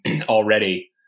already